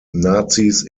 nazis